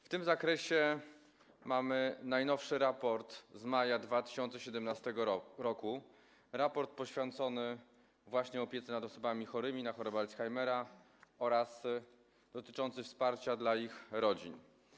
W tym zakresie mamy najnowszy raport, z maja 2017 r., poświęcony właśnie opiece nad osobami chorymi na chorobę Alzheimera oraz dotyczący wsparcia dla ich rodzin.